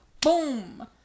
boom